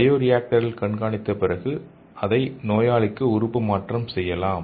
பயோரியாக்டரில் கண்காணித்த பிறகு அதை நோயாளிக்கு உறுப்பு மாற்றம் செய்யலாம்